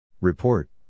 Report